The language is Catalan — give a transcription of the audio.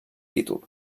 títol